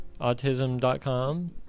Autism.com